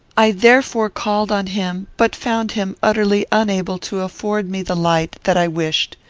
i therefore called on him, but found him utterly unable to afford me the light that i wished.